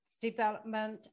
development